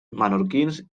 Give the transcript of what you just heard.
menorquins